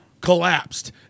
collapsed